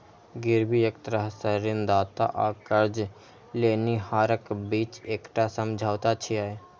गिरवी एक तरह सं ऋणदाता आ कर्ज लेनिहारक बीच एकटा समझौता छियै